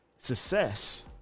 success